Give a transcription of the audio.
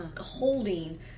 holding